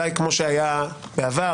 אולי כפי שהיה בעבר,